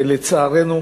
שלצערנו